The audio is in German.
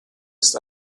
ist